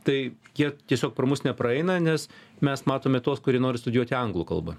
tai jie tiesiog pro mus nepraeina nes mes matome tuos kurie nori studijuoti anglų kalba